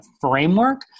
framework